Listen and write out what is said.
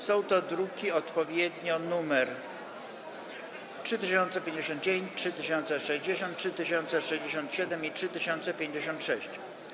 Są to odpowiednio druki nr 3059, 3060, 3067 i 3056.